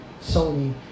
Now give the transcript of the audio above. Sony